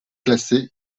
classé